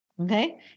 Okay